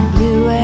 Blue